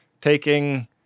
taking